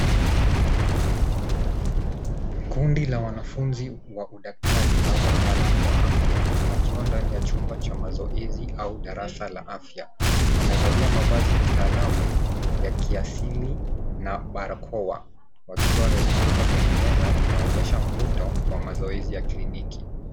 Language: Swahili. Kundi la wanafunzi wa udaktaria au wataalamu wa afya wakiwa ndani ya chumba cha mazoezi au darasa la afya. Wamevalia mavasi ya kitaalamu na kiasili na barakoa wakiwa wamezunguka kwenye meza inayoonyesha mvuto wa mazoezi ya kliniki.